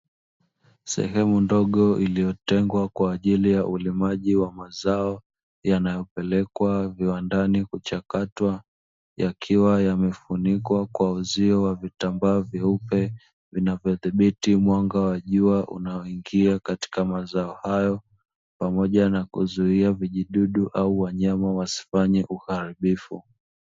Sehemu ndogo iliyotengwa kwa ajili ya ulimaji wa mazao yanayopelekwa viwandani kuchakatwa, yakiwa yamefunikwa kwa uzio wa vitambaa vyeupe, vinavyodhibiti mwanga wa jua unaoingia katika mazao hayo, pamoja na kuzuia vijidudu au wanyama wasifanye uharibifu.